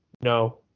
no